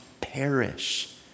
perish